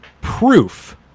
proof